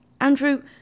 Andrew